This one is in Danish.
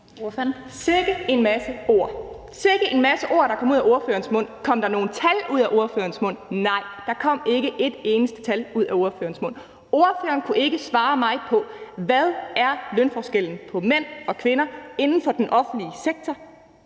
Sikke en masse ord! Sikke en masse ord, der kom ud af spørgerens mund. Kom der nogen tal ud af spørgerens mund? Nej, der kom ikke et eneste tal ud af spørgerens mund. Spørgeren kunne ikke svare mig på spørgsmålet: Hvad er lønforskellen mellem mænd og kvinder inden for den offentlige sektor?